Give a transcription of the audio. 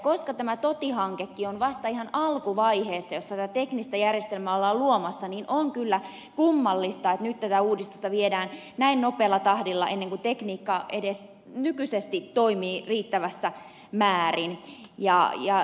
koska tämä toti hankekin on vasta ihan alkuvaiheessa jossa tätä teknistä järjestelmää ollaan luomassa niin on kyllä kummallista että nyt uudistusta viedään näin nopealla tahdilla eteenpäin ennen kuin edes nykyinen tekniikka toimii riittävässä määrin